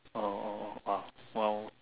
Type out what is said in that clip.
oh oh oh ah !wow!